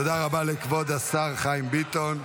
תודה רבה לכבוד השר חיים ביטון.